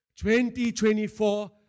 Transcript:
2024